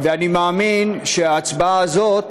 ואני מאמין שההצבעה הזאת